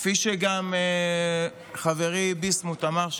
וכפי שגם חברי ביסמוט אמר,